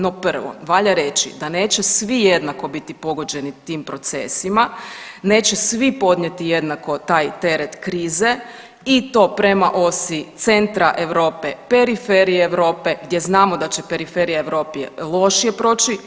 No prvo valja reći da neće svi jednako biti pogođenim tim procesima, neće svi podnijeti jednako taj teret krize i to prema osi centra Europe periferij Europe, gdje znamo da će periferija Europe lošije proći.